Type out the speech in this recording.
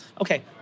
okay